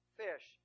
fish